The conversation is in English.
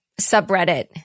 subreddit